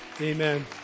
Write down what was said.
Amen